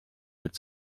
mit